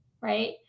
right